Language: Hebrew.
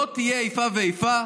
לא תהיה איפה ואיפה.